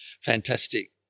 fantastic